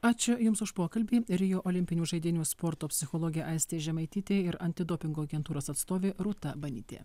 ačiū jums už pokalbį rio olimpinių žaidynių sporto psichologė aistė žemaitytė ir antidopingo agentūros atstovė rūta banytė